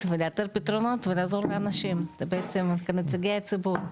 ולאתר פתרונות ולעזור לאנשים כנציגי הציבור,